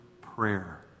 prayer